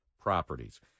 properties